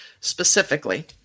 specifically